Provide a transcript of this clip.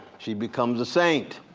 she becomes a saint.